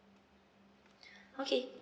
okay